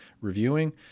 reviewing